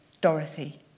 Dorothy